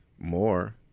more